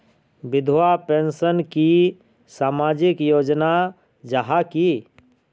विधवा पेंशन की सामाजिक योजना जाहा की?